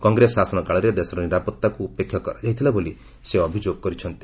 କଂଗ୍ରେସ ଶାସନ କାଳରେ ଦେଶର ନିରାପତ୍ତାକୁ ଉପେକ୍ଷା କରାଯାଇଥିଲା ବୋଲି ସେ ଅଭିଯୋଗ କରିଛନ୍ତି